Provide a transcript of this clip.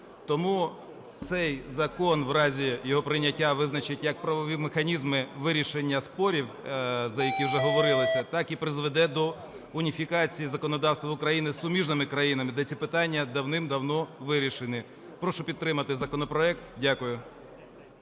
Тому цей закон в разі його прийняття визначить як правові механізми вирішення спорів, за які вже говорилося, так і призведе до уніфікації законодавства України з суміжними країнами, де ці питання давним-давно вирішені. Прошу підтримати законопроект. Дякую.